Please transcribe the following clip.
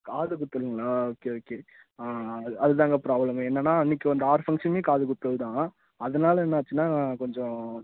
காது குத்தலுங்களா okay okay அது அது தாங்க ப்ராபளமே என்னென்னா அன்னைக்கு வந்த ஆறு ஃபங்க்ஷனுமே காது குத்தல் தான் அதனால என்னாச்சுன்னால் கொஞ்சம்